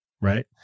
right